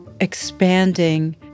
expanding